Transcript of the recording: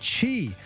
Chi